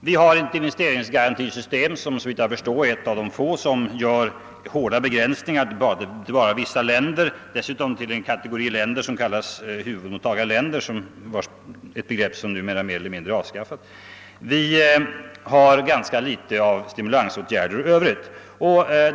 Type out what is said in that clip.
Vi har ett investeringsgarantisystem som, såvitt jag förstår, är ett av de få som innebär hårda begränsningar till vissa länder dessutom beskrivna som huvudmottagarländer trots att det begreppet numera är mer eller mindre avskaffat. För övrigt vidtas ganska få stimulansåtgärder.